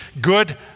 good